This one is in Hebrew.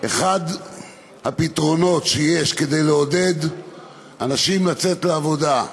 אחד הפתרונות שיש כדי לעודד אנשים לצאת לעבודה,